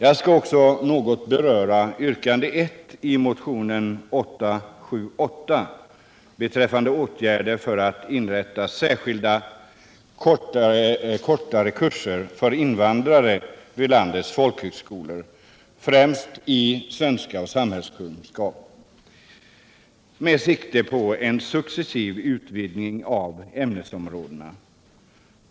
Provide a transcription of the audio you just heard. Jag skall också något beröra yrkande 1 i motionen 878 beträffande åtgärder för att inrätta särskilda kortare kurser för invandrare vid landets folkhögskolor — främst i svenska och samhällskunskap — med sikte på en successiv utvidgning av ämnesområdena.